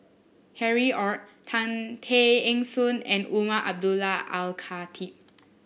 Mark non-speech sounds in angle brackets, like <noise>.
Harry Ord <unintelligible> Tay Eng Soon and Umar Abdullah Al Khatib